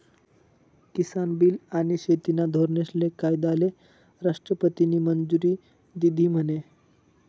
किसान bill आनी शेतीना धोरनेस्ले कायदाले राष्ट्रपतीनी मंजुरी दिधी म्हने?